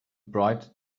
bright